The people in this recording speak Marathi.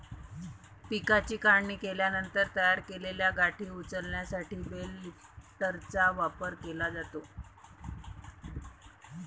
पिकाची काढणी केल्यानंतर तयार केलेल्या गाठी उचलण्यासाठी बेल लिफ्टरचा वापर केला जातो